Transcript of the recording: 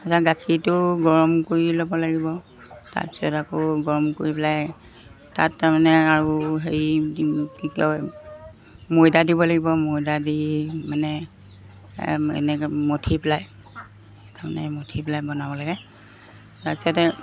গাখীৰটো গৰম কৰি ল'ব লাগিব তাৰপিছত আকৌ গৰম কৰি পেলাই তাত তাৰমানে আৰু হেৰি কি কি কয় ময়দা দিব লাগিব ময়দা দি মানে এনেকৈ মঠি পেলাই তাৰমানে মঠি পেলাই বনাব লাগে তাৰপিছতে